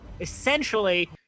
Essentially